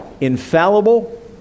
infallible